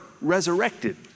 resurrected